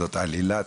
זאת עלילה,